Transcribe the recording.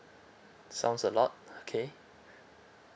sounds a lot okay